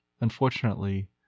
Unfortunately